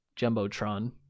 Jumbotron